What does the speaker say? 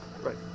Right